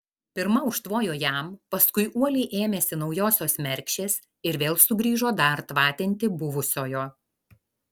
pirma užtvojo jam paskui uoliai ėmėsi naujosios mergšės ir vėl sugrįžo dar tvatinti buvusiojo